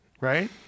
Right